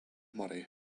murray